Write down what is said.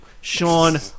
Sean